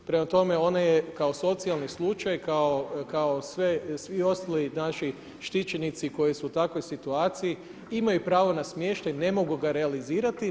Prema tome, ona je kao socijalni slučaj, kao svi ostali naši štićenici koji su u takvoj situaciji imaju pravo na smještaj, ne mogu ga realizirati.